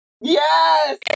Yes